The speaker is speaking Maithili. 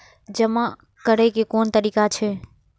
जमा करै के कोन तरीका छै?